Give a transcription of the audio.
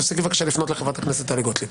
תפסיקי בבקשה לפנות לחברת הכנסת טלי גוטליב.